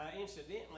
incidentally